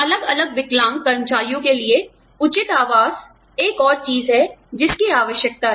अलग अलग विकलांग कर्मचारियों के लिए उचित आवास एक और चीज है जिसकी आवश्यकता है